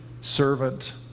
servant